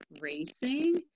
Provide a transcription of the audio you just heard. racing